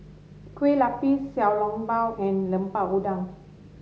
Kueh Lapis Xiao Long Bao and Lemper Udang